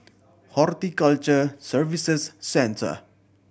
Horticulture Services Centre